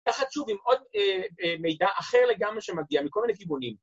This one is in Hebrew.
‫תחת שוב עם עוד מידע אחר לגמרי ‫שמגיע מכל מיני כיוונים.